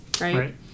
Right